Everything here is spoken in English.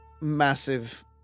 massive